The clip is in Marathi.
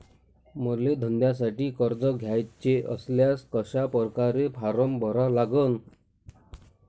मले धंद्यासाठी कर्ज घ्याचे असल्यास कशा परकारे फारम भरा लागन?